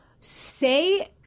say